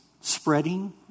spreading